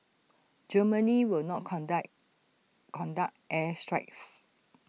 Germany will not contact conduct air strikes